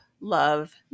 love